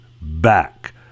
back